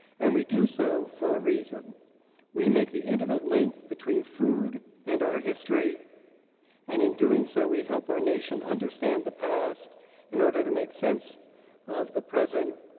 and we do so for a reason we make the intimate link between the food and our history and in doing so we help our nation understand the past in order to make sense of the present,